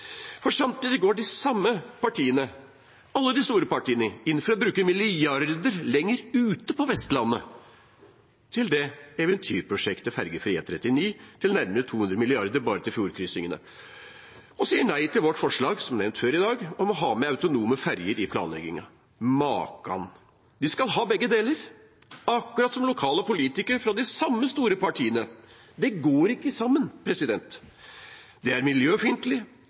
Samtidig går de samme partiene – alle de store partiene – inn for å bruke milliarder lenger ute på Vestlandet til eventyrprosjektet, ferjefri E39, til nærmere 200 mrd. kr bare til fjordkrysningene, og sier nei til vårt forslag, som nevnt før i dag, om å ha med autonome ferjer i planleggingen. Makan! De skal ha begge deler – akkurat som lokale politikere fra de samme store partiene. Det går ikke sammen. Det er miljøfiendtlig,